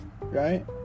Right